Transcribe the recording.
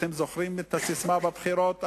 אתם זוכרים את הססמה בבחירות,